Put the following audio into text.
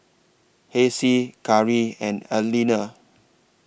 Hassie Kari and Aleena